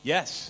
Yes